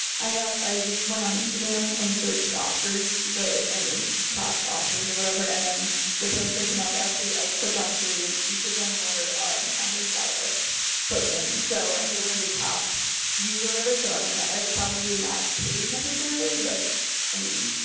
i yeah i just went on instagram and searched oscars, the top oscars or whatever. and then the post that came up, actually i clicked on three, and each of them were a hairstylist posting. so, and they were in the top views or whatever, so i don't know, it's probably not paid necessarily, but i mean,